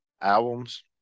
albums